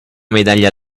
medaglia